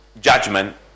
judgment